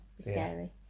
scary